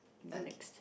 next